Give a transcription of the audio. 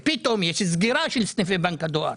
פתאום יש סגירה של סניפי בנק הדואר.